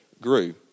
grew